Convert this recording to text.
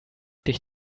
dich